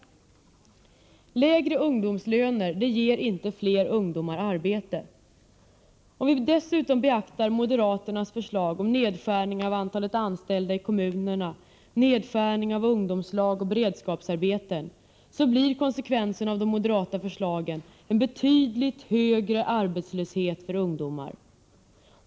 Lägre ungdomslöner ger inte fler ungdomar arbete. Om vi dessutom beaktar moderaternas förslag om nedskärningar av antalet anställda i kommunerna och förslagen om nedskärning av ungdomslag och beredskapsarbeten, finner vi att konsekvensen av de moderata förslagen i stället blir en betydligt högre arbetslöshet för ungdomar.